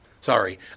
Sorry